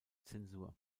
zensur